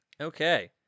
Okay